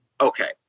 Okay